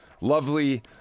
lovely